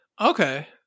Okay